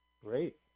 Great